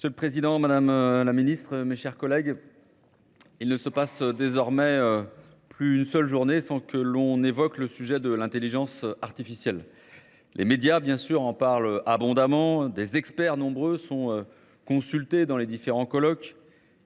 Monsieur le Président, Madame la Ministre, mes chers collègues, il ne se passe désormais plus une seule journée sans que l'on évoque le sujet de l'intelligence artificielle. Les médias, bien sûr, en parlent abondamment, des experts nombreux sont consultés dans les différents colocs.